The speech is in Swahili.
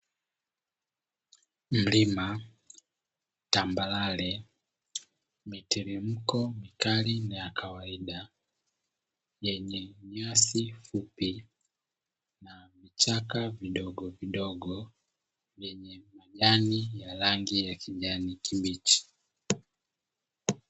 Mlima tambarare, miteremko mikali na yakawaida yenye nyasi fupi vichaka vidogo vidogo vyenye majani ya rangi ya kijani kibichi.